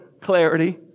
clarity